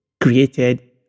created